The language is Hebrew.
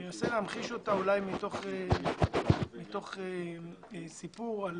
אני אנסה להמחיש אותה אולי מתוך סיפור על